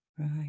Right